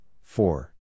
four